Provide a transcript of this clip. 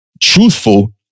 truthful